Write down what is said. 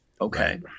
Okay